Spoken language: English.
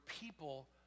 people